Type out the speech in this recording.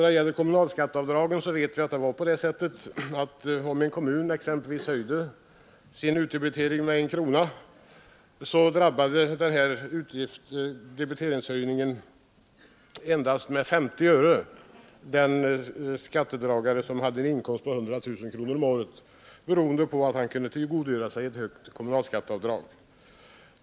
De tidigare gällande bestämmelserna om kommunalskatteavdrag medförde att en höjning av utdebiteringen i en kommun med exempelvis 1 krona endast med 50 öre drabbade en skattebetalare med en inkomst på 100 000 kronor om året, beroende på att denne kunde tillgodogöra sig ett högt kommunalskatteavdrag.